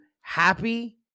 happy